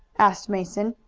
asked mason,